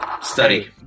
study